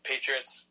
Patriots